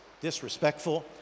disrespectful